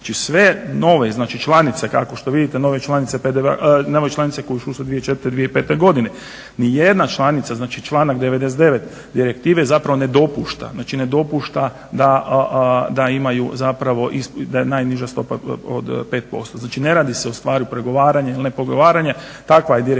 Znači sve nove članice kao što vidite nove članice koje su ušle 2004., 2005.godine, nijedna članica, znači članak 99. Direktive ne dopušta da imaju zapravo da je najniža stopa od 5%. Znači ne radi se ustvari pregovaranje ili ne pregovaranje, takva je Direktiva